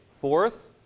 Fourth